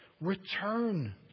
Return